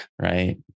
Right